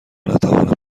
نتوانم